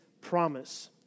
promise